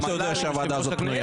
איך אתה יודע שהוועדה הזאת פנויה?